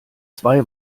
zwei